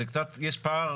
יש פער